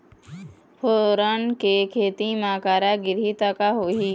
फोरन के खेती म करा गिरही त का होही?